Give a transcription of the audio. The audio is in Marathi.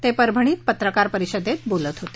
ते परभणीत पत्रकार परिषेदत बोलत होते